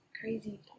crazy